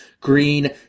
Green